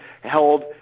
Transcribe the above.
held